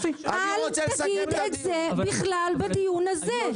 אל תגיד את זה בכלל בדיון הזה.